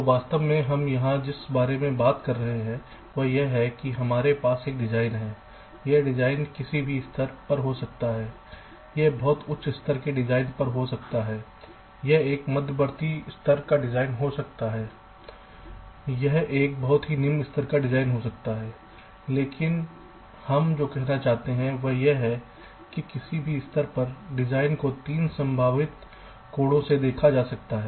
तो वास्तव में हम यहां जिस बारे में बात कर रहे हैं वह यह है कि हमारे पास एक डिज़ाइन है यह डिज़ाइन किसी भी स्तर पर हो सकता है यह बहुत उच्च स्तर के डिज़ाइन पर हो सकता है यह एक मध्यवर्ती स्तर का डिज़ाइन हो सकता है यह एक बहुत ही निम्न स्तर का डिजाइन हो सकता है लेकिन हम जो कहना चाहते हैं वह यह है कि किसी भी स्तर पर डिजाइन को 3 संभावित कोणों से देखा या देखा जा सकता है